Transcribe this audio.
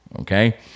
okay